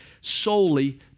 solely